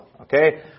Okay